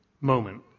moment